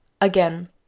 Again